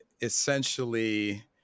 Essentially